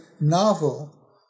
novel